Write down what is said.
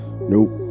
Nope